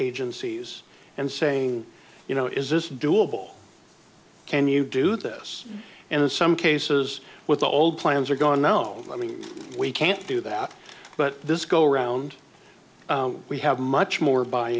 agencies and saying you know is this doable can you do this and in some cases what the old plans are gone no i mean we can't do that but this go round we have much more by